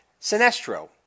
Sinestro